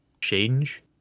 change